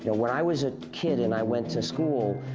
yeah when i was a kid and i went to school,